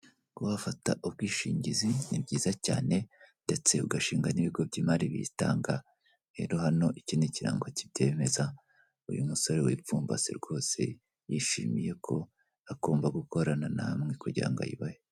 Kubafata ubwishingizi, ni byiza cyane ndetse ugashinga n'ibigo by'imari bizitanga, rero hano iki ni ikirango kibyemeza, uyu musore wipfumbase rwose yishimiye ko agomba gukorana namwe kugira ngo ayibahe.